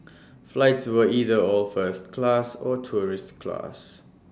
flights were either all first class or tourist class